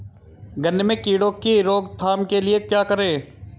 गन्ने में कीड़ों की रोक थाम के लिये क्या करें?